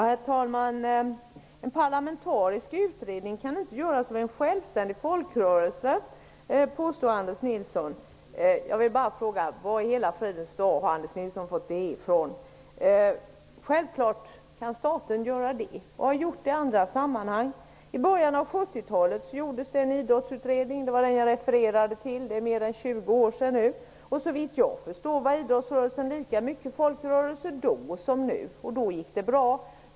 Herr talman! En parlamentarisk utredning kan inte göras när det gäller en självständig folkrörelse, påstår Anders Nilsson. Jag undrar var i hela friden han har fått det ifrån. Självfallet kan staten göra sådana utredningar, och det har gjorts i andra sammanhang. I början av 70-talet gjordes en idrottsutredning. Det var den utredningen som jag refererade till. Det är visserligen 20 år sedan den utredningen gjordes, men såvitt jag förstår var idrottsrörelsen lika mycket en folkrörelse då som den är nu. Då gick det bra.